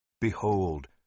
Behold